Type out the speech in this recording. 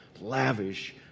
lavish